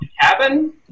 cabin